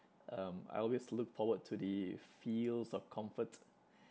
um I always look forward to the feels of comfort